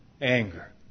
anger